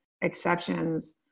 exceptions